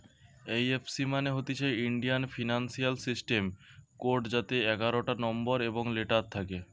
এই F C মানে হতিছে ইন্ডিয়ান ফিনান্সিয়াল সিস্টেম কোড যাতে এগারটা নম্বর এবং লেটার থাকে